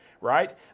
right